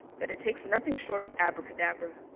that it takes nothing short of abracadabra,